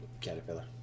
Caterpillar